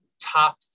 top